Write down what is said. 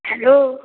hello